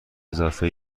اضافه